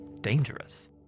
dangerous